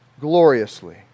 gloriously